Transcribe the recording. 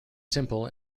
simple